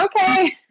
okay